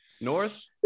North